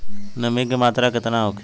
नमी के मात्रा केतना होखे?